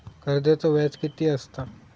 कर्जाचा व्याज कीती असता?